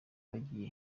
wagiye